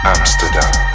Amsterdam